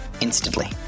instantly